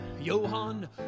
Johann